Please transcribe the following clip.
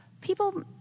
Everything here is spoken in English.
people